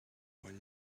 when